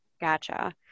Gotcha